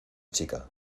chica